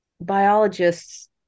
biologists